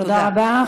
תודה רבה.